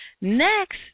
Next